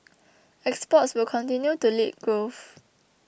exports will continue to lead growth